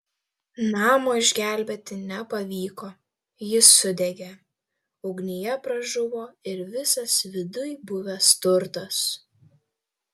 namo išgelbėti nepavyko jis sudegė ugnyje pražuvo ir visas viduj buvęs turtas